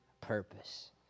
purpose